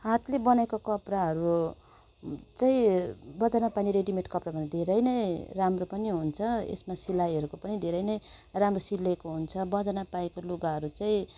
हातले बनेको कपडाहरू चाहिँ बजारमा पाइने रेडिमेड कपडा भन्दा धेरै नै राम्रो पनि हुन्छ यसमा सिलाइहरूको पनि धेरै नै राम्रो सिलाएको हुन्छ बजारमा पाएको लुगाहरू चाहिँ